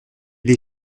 les